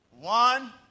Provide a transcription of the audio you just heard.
One